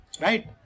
right